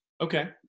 Okay